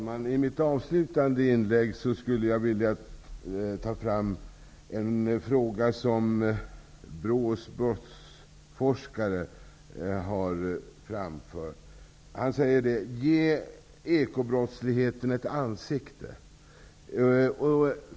Fru talman! I mitt avslutande inlägg skulle jag vilja beröra en fråga som BRÅ:s brottsforskare har tagit upp. Han säger att man skall ge ekobrottsligheten ett ansikte.